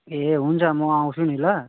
ए हुन्छ म आउँछु नि ल